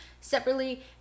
separately